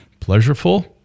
pleasureful